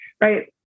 Right